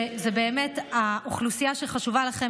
וזאת באמת האוכלוסייה שחשובה לכם,